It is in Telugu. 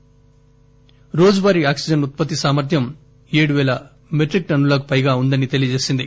మనదేశంలో రోజువారీ ఆక్సిజన్ ఉత్పత్తి సామర్యం ఏడు పేల మెట్రిక్ టన్నులకు పైగా ఉందని తెలియజేసింది